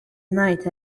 night